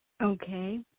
Okay